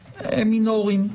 מינוריים,